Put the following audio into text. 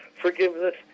forgiveness